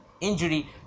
injury